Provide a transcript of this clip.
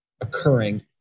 occurring